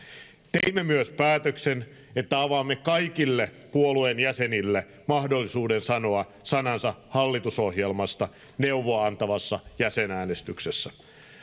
teimme myös päätöksen että avaamme kaikille puolueen jäsenille mahdollisuuden sanoa sanansa hallitusohjelmasta neuvoa antavassa jäsenäänestyksessä